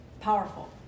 powerful